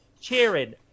cheering